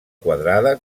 quadrada